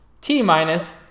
T-minus